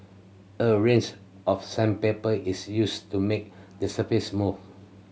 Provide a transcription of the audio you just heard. a range of sandpaper is used to make the surface smooth